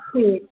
ठीक